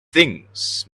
things